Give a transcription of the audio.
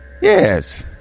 Yes